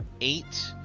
Eight